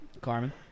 Carmen